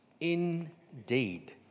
indeed